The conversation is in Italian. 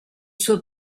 suo